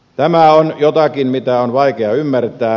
tämä on jotakin mitä on vaikea ymmärtää